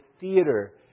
theater